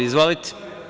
Izvolite.